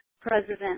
president